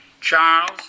Charles